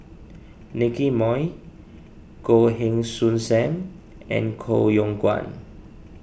Nicky Moey Goh Heng Soon Sam and Koh Yong Guan